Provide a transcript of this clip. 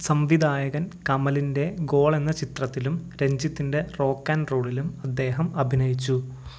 സംവിധായകൻ കമലിൻ്റെ ഗോൾ എന്ന ചിത്രത്തിലും രഞ്ജിത്തിൻ്റെ റോക്ക് ആൻ റോളിലും അദ്ദേഹം അഭിനയിച്ചു